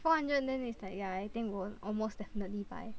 four hundred then it's like ya I think will almost definitely buy